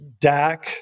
DAC